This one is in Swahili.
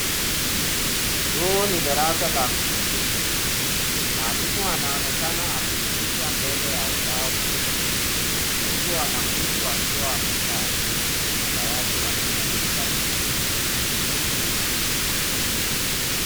Huu ni darasa la kufundisha, mwalimu anaonekana akifundisha mbele ya ubao mweupe, huku wanafunzi wakiwa wamekaa, kwenye madawati wakifuatilia somo hilo.